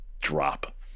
drop